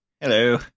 Hello